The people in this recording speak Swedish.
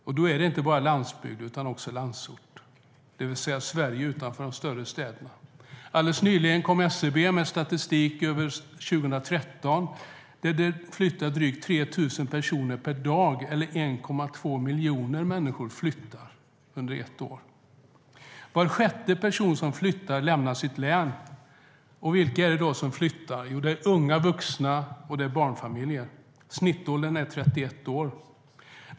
Det gäller inte bara landsbygd utan också landsort, det vill säga Sverige utanför de större städerna. Vilka är det då som flyttar? Jo, det är unga vuxna, och det är barnfamiljer. Snittåldern är 31 år.